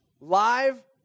Live